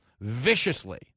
viciously